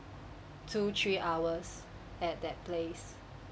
two three hours at that place